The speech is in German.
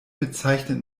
bezeichnet